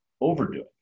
overdoing